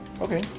okay